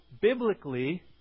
biblically